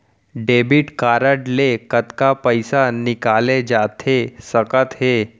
Debit card ले कतका पइसा निकाले जाथे सकत हे?